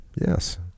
Yes